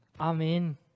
amen